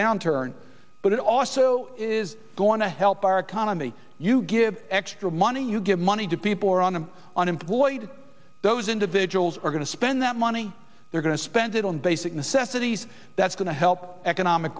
downturn but it also is going to help our economy you give extra money you give money to people around the unemployed those individuals are going to spend that money they're going to spend it on basic necessities that's going to help economic